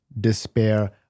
despair